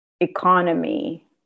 economy